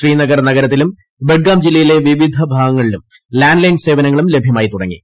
ശ്രീനഗർ നഗരത്തിലും ബഡ്ഗാം ജില്ലയിലെ വിവിധ ഭാഗങ്ങളിലും ലാൻഡ് ലൈൻ സേവനങ്ങളും ലഭ്യമായിത്തുടങ്ങി